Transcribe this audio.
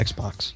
Xbox